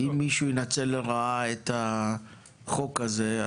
אם מישהו ינצל לרעה את החוק הזה,